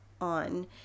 on